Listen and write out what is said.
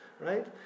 right